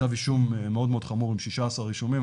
כתב אישום מאוד מאוד חמור עם 16 אישומים,